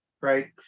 right